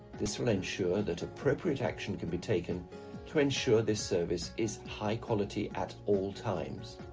this will ensure that appropriate action can be taken to ensure this service is high quality at all times.